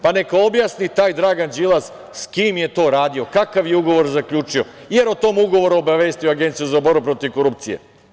Pa, neka objasni taj Dragan Đilas s kim je to radio, kakav je ugovor zaključio, jel o tom ugovoru obavestio Agenciju za borbu protiv korupcije?